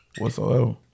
whatsoever